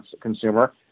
consumer